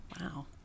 Wow